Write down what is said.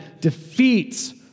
defeats